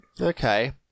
Okay